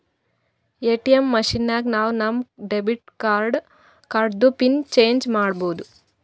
ATM machine ನಾಗ್ ನಾವ್ ನಮ್ ಡೆಬಿಟ್ ಕಾರ್ಡ್ದು ಪಿನ್ ಚೇಂಜ್ ಮಾಡ್ಬೋದು